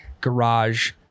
garage